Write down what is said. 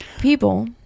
people